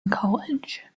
college